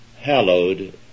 hallowed